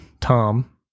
Tom